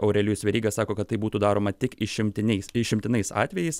aurelijus veryga sako kad tai būtų daroma tik išimtiniais išimtinais atvejais